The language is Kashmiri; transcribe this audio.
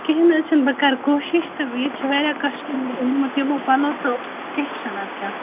کہینۍ نہ حظ چھُنہٕ بہٕ کَرٕ کوٗشِش تہٕ ییٚتہِ چھِ واریاہ کَسٹَمَر پَلو تہٕ کیٚنٛہہ چھُنہٕ اَدٕ کیاہ